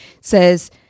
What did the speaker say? says